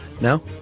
No